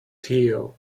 hill